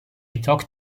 talked